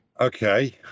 Okay